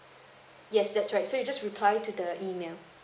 yes that's right so you just reply to the email